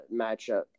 matchup